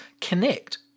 connect